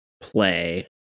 play